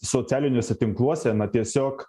socialiniuose tinkluose na tiesiog